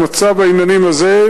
במצב העניינים הזה,